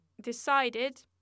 decided